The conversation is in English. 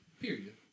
Period